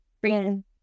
bring